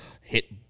hit